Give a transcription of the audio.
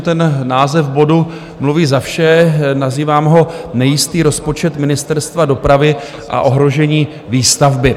Ten název bodu mluví za vše, nazývám ho Nejistý rozpočet Ministerstva dopravy a ohrožení výstavby.